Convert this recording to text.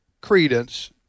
credence—